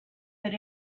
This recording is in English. that